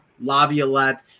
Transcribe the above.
Laviolette